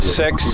six